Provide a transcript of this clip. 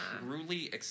truly